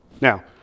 Now